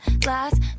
glass